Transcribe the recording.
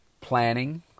Planning